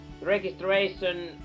registration